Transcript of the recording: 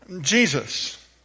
Jesus